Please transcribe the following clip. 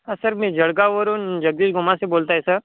sir मी जळगाव वरून जगदीश भोमाटे बोलत आहे सर